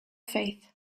faith